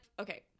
Okay